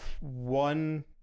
one